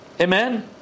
Amen